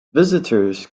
visitors